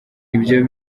ibyo